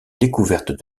découverte